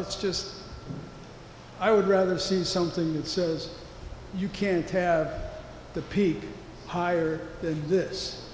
it's just i would rather see something that says you can't have the peak higher than this